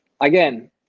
again